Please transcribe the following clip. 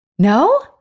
No